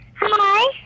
Hi